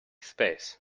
space